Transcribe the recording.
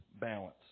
balance